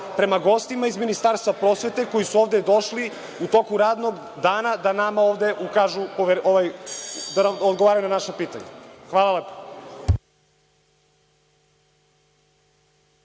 prema gostima iz Ministarstva prosvete, koji su ovde došli u toku radnog dana da odgovaraju na naša pitanja. Hvala.